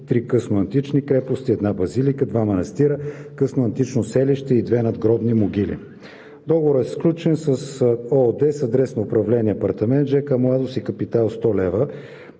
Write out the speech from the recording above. три късноантични крепости, една базилика, два манастира, късноантично селище и две надгробни могили. Договорът е сключен с ООД, с адрес на управление апартамент в жилищен комплекс „Младост“ и капитал 100 лв.